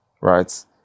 right